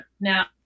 Now